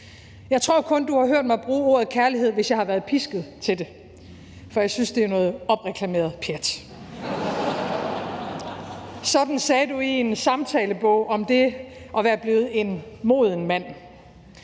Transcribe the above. Jeg tror kun, du har hørt mig bruge ordet kærlighed, hvis jeg har været pisket til det, for jeg synes, det er noget opreklameret pjat. Sådan sagde du i en samtalebog om det at være blevet en moden mand.